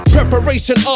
Preparation